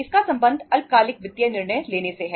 इसका संबंध अल्पकालिक वित्तीय निर्णय लेने से है